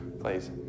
Please